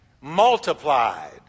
Multiplied